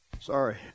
Sorry